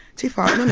too far.